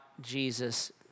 Jesus